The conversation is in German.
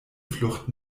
flucht